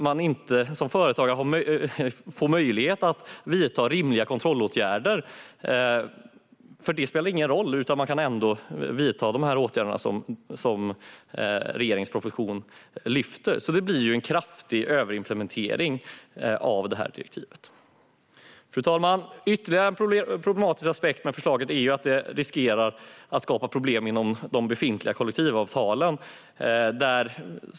Man får som företagare inte möjlighet att vidta rimliga kontrollåtgärder, för det spelar ingen roll, utan man kan ändå vidta de här åtgärderna som regeringens proposition lyfter fram. Det blir en kraftig överimplementering av direktivet. Fru talman! Ytterligare en problematisk aspekt med förslaget är att det riskerar att skapa problem med de befintliga kollektivavtalen.